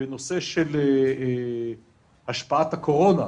בנושא של השפעת הקורונה,